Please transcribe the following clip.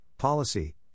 Policy